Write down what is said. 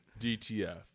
DTF